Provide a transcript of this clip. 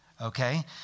okay